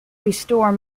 restore